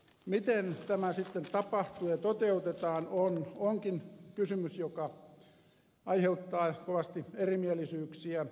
miten tämä sitten tapahtuu ja toteutetaan onkin kysymys joka aiheuttaa kovasti erimielisyyksiä